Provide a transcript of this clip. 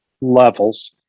levels